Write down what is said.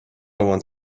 want